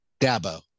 Dabo